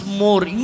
more